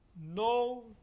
No